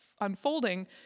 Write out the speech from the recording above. unfolding